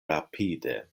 rapide